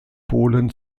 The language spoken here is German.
polen